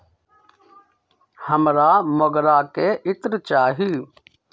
हमरा मोगरा के इत्र चाही